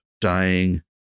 dying